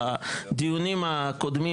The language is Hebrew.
בדיונים הקודמים,